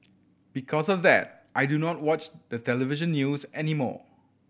because of that I do not watch the television news anymore